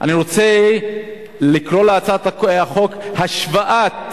אני רוצה לקרוא להצעת החוק "השוואת